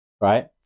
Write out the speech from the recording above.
right